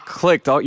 clicked